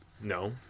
No